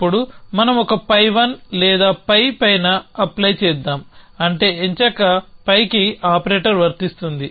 అప్పుడు మనం ఒక π1 లేదా π పైన అప్లై చేద్దాం అంటే ఎంచక్కా πకి ఆపరేటర్ వర్తిస్తుంది